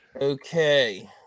Okay